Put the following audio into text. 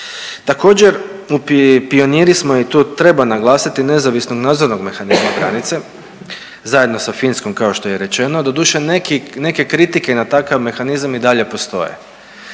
Također pioniri smo i tu treba naglasiti nezavisnog nadzornog mehanizma granice zajedno sa Finskom kao što je i rečeno, doduše neke kritike na takav mehanizam i dalje postoje.